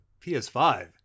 PS5